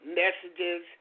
messages